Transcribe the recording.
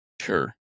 sure